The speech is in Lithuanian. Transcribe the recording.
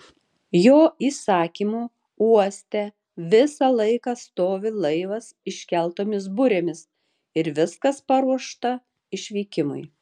jo įsakymu uoste visą laiką stovi laivas iškeltomis burėmis ir viskas paruošta išvykimui